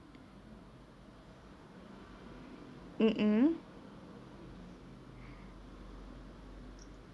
mm mm